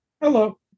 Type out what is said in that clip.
Hello